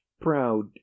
proud